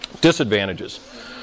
Disadvantages